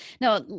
Now